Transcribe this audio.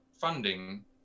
funding